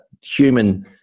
human